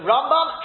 Rambam